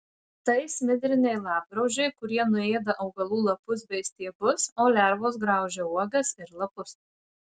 tai smidriniai lapgraužiai kurie nuėda augalų lapus bei stiebus o lervos graužia uogas ir lapus